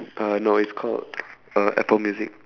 uh no it's called uh apple music